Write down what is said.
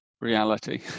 reality